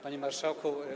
Panie Marszałku!